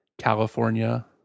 california